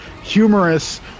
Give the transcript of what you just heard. humorous